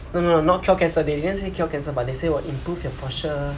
no no no not cure cancer they didn't say cure cancer but they say will improve your posture